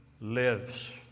lives